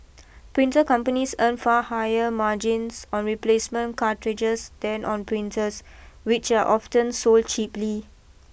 printer companies earn far higher margins on replacement cartridges than on printers which are often sold cheaply